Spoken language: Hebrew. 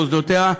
מוסדותיה,